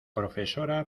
profesora